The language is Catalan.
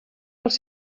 els